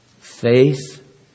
Faith